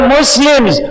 Muslims